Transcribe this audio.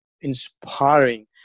inspiring